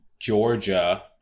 Georgia